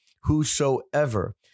whosoever